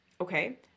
Okay